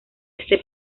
este